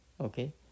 Okay